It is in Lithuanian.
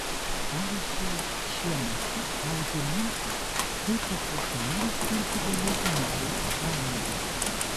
pavyzdžiui šiuo metu audžia mintį kaip papuošalams kurti galėtų naudoti kailį